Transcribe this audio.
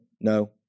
No